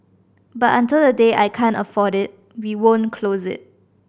but until the day I can't afford it we won't close it